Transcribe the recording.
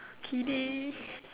kidding